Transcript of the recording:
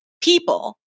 people